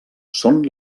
són